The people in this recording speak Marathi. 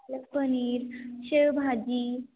हो पनीर शेवभाजी